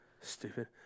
stupid